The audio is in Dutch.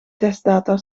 testdata